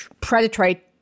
predatory